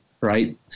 right